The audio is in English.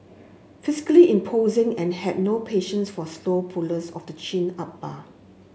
physically imposing and had no patience for slow pullers of the chin up bar